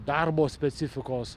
darbo specifikos